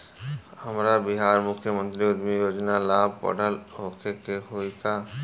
हमरा बिहार मुख्यमंत्री उद्यमी योजना ला पढ़ल होखे के होई का?